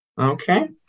Okay